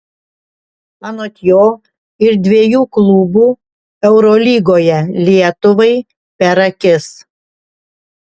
anot jo ir dviejų klubų eurolygoje lietuvai per akis